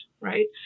right